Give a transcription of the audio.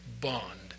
bond